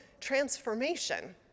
transformation